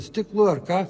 stiklu ar ką